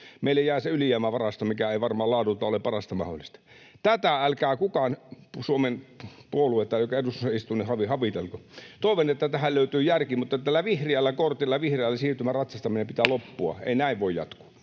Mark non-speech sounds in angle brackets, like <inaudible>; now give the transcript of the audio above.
meille jää se ylijäämävarasto, mikä ei varmaan laadultaan ole parasta mahdollista. Tätä älkää, mikään Suomen puolue tai joka eduskunnassa istuu, havitelko. Toivon, että tähän löytyy järki, mutta tällä vihreällä kortilla ja vihreällä siirtymällä ratsastamisen pitää loppua. <noise>